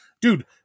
Dude